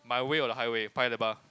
my way or the highway Paya-Lebar